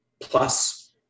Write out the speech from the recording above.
plus